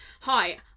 Hi